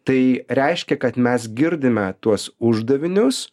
tai reiškia kad mes girdime tuos uždavinius